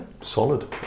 Solid